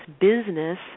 business –